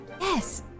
Yes